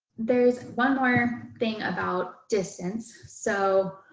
there's one more thing about distance. so